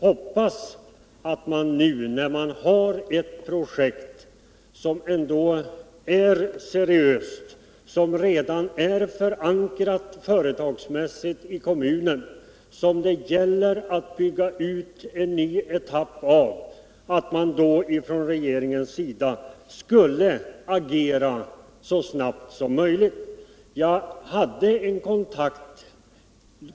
När man nu har ett projekt som är seriöst och som redan är företagsmässigt förankrat i kommunen och av vilket det gäller att nu bygga ut en ny etapp, hoppas jag att regeringen kommer att agera så snabbt som möjligt.